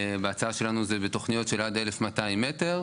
וההצעה שלנו זה בתוכניות של עד 1,200 מטר.